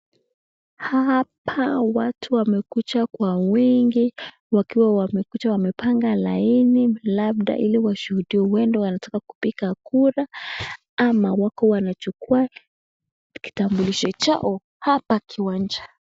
Hapa watu wamekuja kwa wingi wakiwa wamekuja wamepanga laini labda ili washuhudie. Huenda wanataka kupiga kura ama wako wanachukua kitambulisho chao hapa kiwanja.